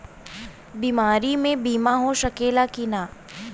बीमारी मे बीमा हो सकेला कि ना?